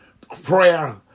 prayer